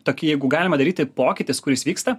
tokį jeigu galima daryti pokytis kuris vyksta